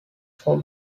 four